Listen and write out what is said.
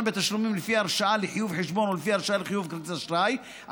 בתשלומים לפי הרשאה לחיוב חשבון או לפי הרשאה לחיוב כרטיס אשראי,